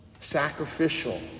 sacrificial